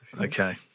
Okay